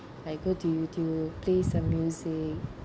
I go to YouTube plays some music